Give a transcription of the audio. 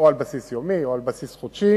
או על בסיס יומי או על בסיס חודשי.